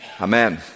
Amen